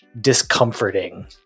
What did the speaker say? discomforting